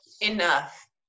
Enough